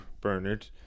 Bernard